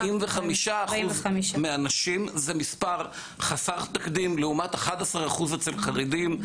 זה מספר חסר תקדים, לעומת 11% אצל חרדים,